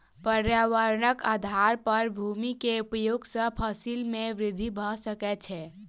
पर्यावरणक आधार पर भूमि के उपयोग सॅ फसिल में वृद्धि भ सकै छै